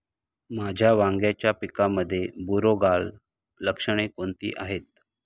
माझ्या वांग्याच्या पिकामध्ये बुरोगाल लक्षणे कोणती आहेत?